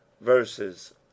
Verses